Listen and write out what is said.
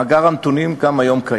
מאגר הנתונים קיים גם היום.